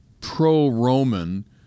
pro-Roman